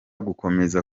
gukomeza